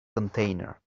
container